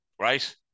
right